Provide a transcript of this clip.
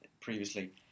previously